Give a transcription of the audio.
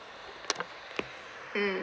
mm